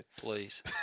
Please